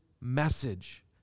message